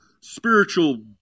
spiritual